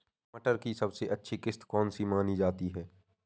मटर की सबसे अच्छी किश्त कौन सी मानी जाती है?